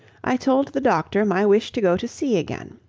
i told the doctor my wish to go to sea again,